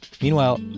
Meanwhile